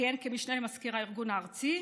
שכיהן כמשנה למזכיר הארגון הארצי,